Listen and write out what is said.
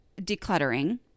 decluttering